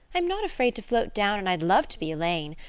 i'm not afraid to float down and i'd love to be elaine.